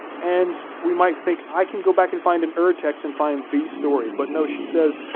and we might think, i can go back and find in ur text and find the story, but no, she says,